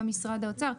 משרד האוצר,